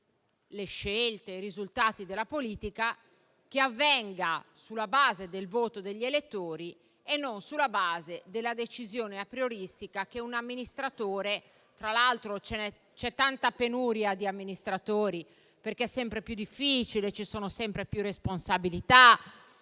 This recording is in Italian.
sulle scelte e i risultati della politica, che avvenga sulla base del voto degli elettori e non sulla base della decisione aprioristica di un amministratore. Tra l'altro, c'è tanta penuria di amministratori, perché è sempre più difficile, ci sono sempre più responsabilità,